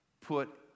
put